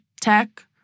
tech